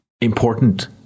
important